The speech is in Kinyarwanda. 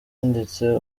ndetse